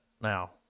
now